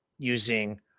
using